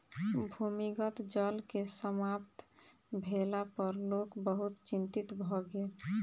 भूमिगत जल के समाप्त भेला पर लोक बहुत चिंतित भ गेल